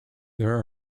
there